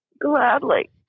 Gladly